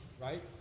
right